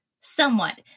Somewhat